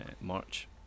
March